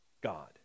God